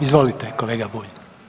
Izvolite kolega Bulj.